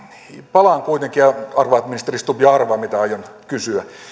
palaan kuitenkin ja ministeri stubb jo arvaa mitä aion kysyä